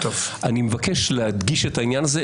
אני מבקש להדגיש את העניין הזה.